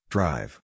Drive